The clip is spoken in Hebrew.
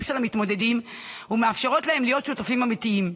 של המתמודדים ומאפשרות להם להיות שותפים אמיתיים.